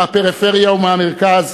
מהפריפריה ומהמרכז,